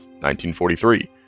1943